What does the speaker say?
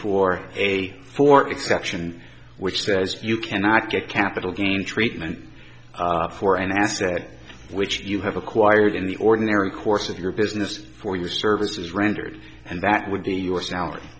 four a for it section which says you cannot get capital gain treatment for an asset which you have acquired in the ordinary course of your business for your services rendered and that would be your salary